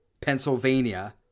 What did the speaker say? Pennsylvania